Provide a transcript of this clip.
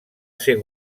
ser